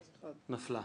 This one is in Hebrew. הצבעה